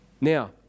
Now